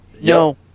No